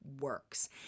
works